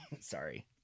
sorry